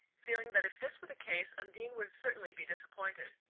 feeling that if this were the case undine would certainly be disappointed.